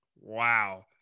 Wow